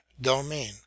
domain